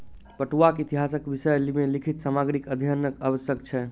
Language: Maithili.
पटुआक इतिहासक विषय मे लिखित सामग्रीक अध्ययनक आवश्यक छै